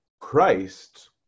Christ